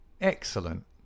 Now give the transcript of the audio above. Excellent